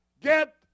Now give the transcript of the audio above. get